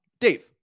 Dave